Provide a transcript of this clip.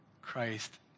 Christ